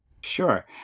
Sure